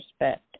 respect